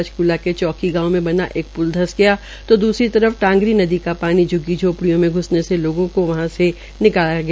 पंचकूला क चौकी गांव में बना प्ला धंस गया तो दूसरी तर फ से टांगरी नदी का पानी झ्ग्गी झौपड़ियों में घ्सने से लोगों को वहां से निकाला गया